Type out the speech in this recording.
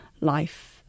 life